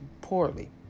poorly